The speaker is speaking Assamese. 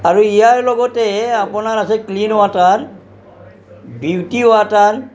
আৰু ইয়াৰ লগতে আপোনাৰ আছে ক্লিন ৱাটাৰ বিউটি ৱাটাৰ